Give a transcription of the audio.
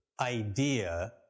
idea